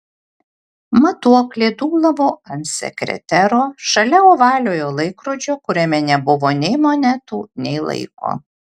matuoklė dūlavo ant sekretero šalia ovaliojo laikrodžio kuriame nebuvo nei monetų nei laiko